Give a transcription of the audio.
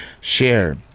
share